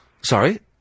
Sorry